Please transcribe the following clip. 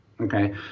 Okay